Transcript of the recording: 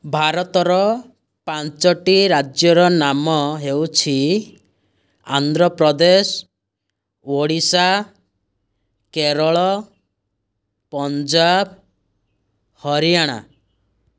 ଭାରତର ପାଞ୍ଚଟି ରାଜ୍ୟର ନାମ ହେଉଛି ଆନ୍ଧ୍ରପ୍ରଦେଶ ଓଡ଼ିଶା କେରଳ ପଞ୍ଜାବ ହରିୟାଣା